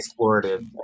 explorative